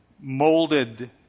molded